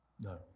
No